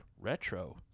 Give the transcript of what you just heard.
retro